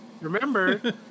Remember